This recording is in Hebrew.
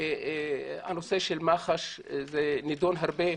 הנושא של מח"ש נדון הרבה,